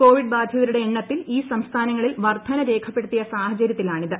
Covid ബാധിതരുടെ എണ്ണത്തിൽ ഈ സംസ്ഥാനങ്ങളിൽ വർധന രേഖപ്പെടുത്തിയ സാഹചര്യത്തിലാണിത്